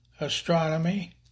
astronomy